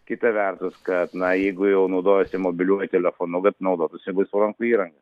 kita vertus kad na jeigu jau naudojasi mobiliuoju telefonu kad naudotųsi laisvų rankų įranga